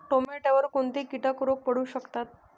टोमॅटोवर कोणते किटक रोग पडू शकतात?